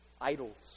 idols